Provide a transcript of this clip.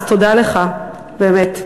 אז תודה לך, באמת.